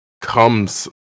Comes